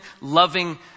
loving